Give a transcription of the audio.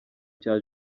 cya